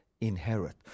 inherit